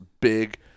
big